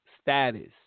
status